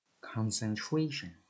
Concentration